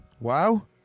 Wow